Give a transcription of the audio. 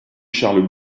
charles